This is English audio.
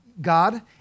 God